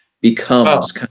becomes